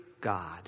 God